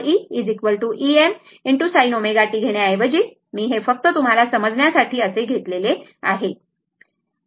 e Em sin ω t घेण्याऐवजी मी हे फक्त तुम्हाला समजण्यासाठी असे घेतले आहे बरोबर